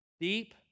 Deep